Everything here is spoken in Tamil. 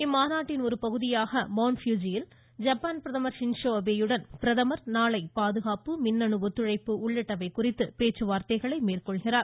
இந்த மாநாட்டின் ஒரு பகுதியாக மௌன்ட் பியூஜியில் ஜப்பான் பிரதமர் ஷின் ஸோ அபே யுடன் பிரதமர் நாளை பாதுகாப்பு மின்னணு ஒத்துழைப்பு உள்ளிட்டவை குறித்து பேச்சுவார்த்தைகளை மேற்கொள்கிறார்